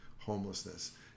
homelessness